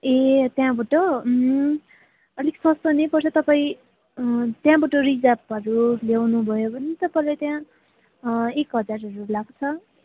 ए त्यहाँबाट अलिक सस्तो नै पर्छ तपाईँ त्याँबाट रिजर्भहरू ल्याउनु भयो भने त तपाईँलाई त्यहाँ एक हजारहरू लाग्छ